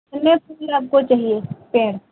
कितने फूल आपको चाहिए पेयर